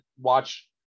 watch